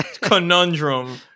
conundrum